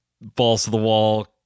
balls-to-the-wall